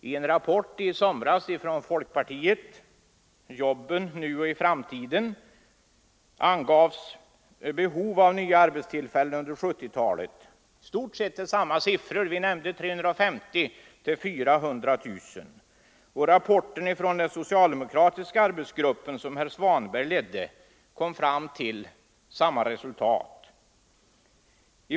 I en rapport från en arbetsgrupp inom folkpartiet, ”Jobben — nu och i framtiden”, som kom ut i somras, angavs behovet av nya arbetstillfällen under 1970-talet ligga i storleksordningen 350 000-400 000. Rapporten från den socialdemokratiska arbetsgruppen, som herr Svanberg ledde, kom till samma resultat.